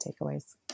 takeaways